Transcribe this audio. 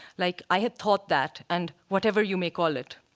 like i had thought that, and whatever you may call it.